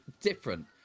different